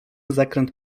zakręt